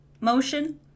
motion